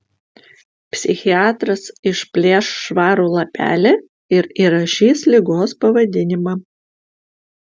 psichiatras išplėš švarų lapelį ir įrašys ligos pavadinimą